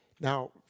Now